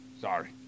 Sorry